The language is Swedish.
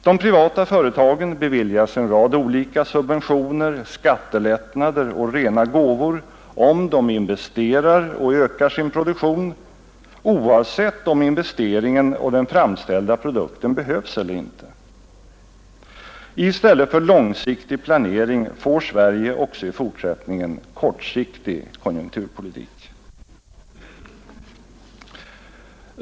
De privata företagen beviljas en rad olika subventioner, skattelättnader och rena gåvor om de investerar och ökar sin produktion, oavsett om investeringen och den framställda produkten behövs eller inte. I stället för långsiktig planering får Sverige också i fortsättningen kortsiktig konjunkturpolitik.